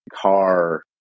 car